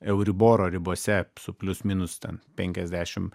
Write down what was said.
euriboro ribose su plius minus ten penkiasdešimt